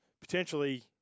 potentially